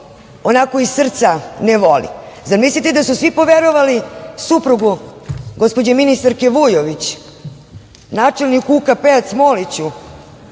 onako iz srca ne voli? Zar mislite da su svi poverovali suprugu gospođe ministarke Vujović, načelniku UKP Cmoliću